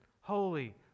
holy